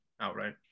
outright